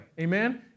Amen